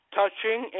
touching